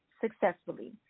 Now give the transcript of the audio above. successfully